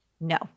No